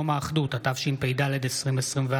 (תיקון, ייצוג הולם ללוחמים), התשפ"ד 2024,